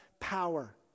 power